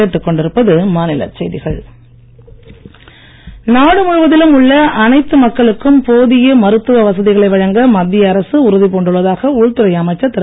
அமித் ஷா நாடு முழுவதிலும் உள்ள அனைத்து மக்களுக்கும் போதிய மருத்துவ வசதிகளை வழங்க மத்திய அரசு உறுதிபூண்டுள்ளதாக உள்துறை அமைச்சர் திரு